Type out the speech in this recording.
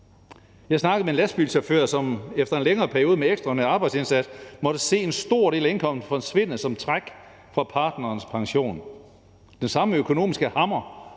Jeg snakkede med en lastbilchauffør, som efter en længere periode med en ekstraordinær arbejdsindsats måtte se en stor del af indkomsten forsvinde som træk for partnerens pension. Den samme økonomiske hammer